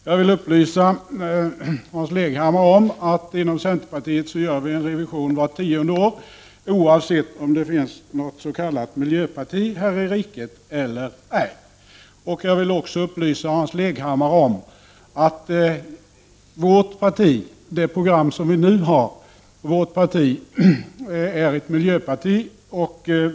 Jag vill upplysa Hans Leghammar om att vi inom centerpartiet gör en revision av partiprogrammet vart tionde år, oavsett om det finns något s.k. miljöparti här i kammaren eller ej. Jag vill också upplysa Hans Leghammar om att med det program som centerpartiet har är vårt parti ett miljöparti.